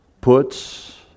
puts